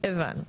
הבנו.